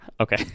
Okay